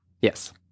Yes